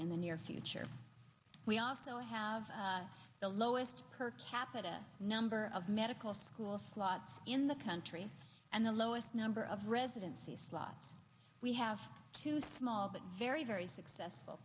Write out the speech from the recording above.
in the near future we also have the lowest per capita number of medical school slots in the country and the lowest number of residency slots we have too small but very very successful